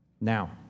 Now